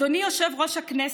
אדוני יושב-ראש הכנסת,